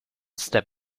step